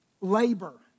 labor